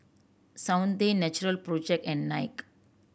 Soundteoh Natural Project and Nike